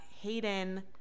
Hayden